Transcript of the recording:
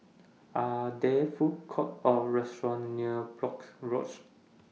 Are There Food Courts Or restaurants near Brooke Road